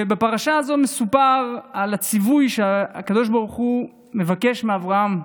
בפרשה הזאת מסופר על הציווי שהקדוש ברוך הוא מבקש מאברהם: